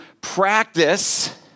practice